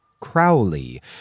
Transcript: Crowley